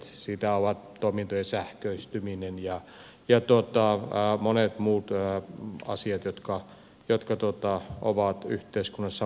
niitä ovat toimintojen sähköistyminen ja monet muut asiat jotka ovat yhteiskunnassa muuttuneet